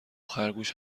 خرگوش